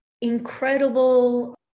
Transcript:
incredible